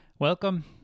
Welcome